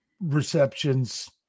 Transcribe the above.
receptions